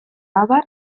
abar